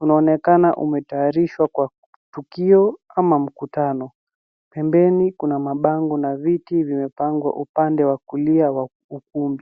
Unaonekana umetayarishwa kwa tukio ama mkutano . Pembeni kuna mabango na viti vimepangwa upande wa kulia wa ukumbi.